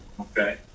Okay